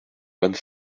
vingt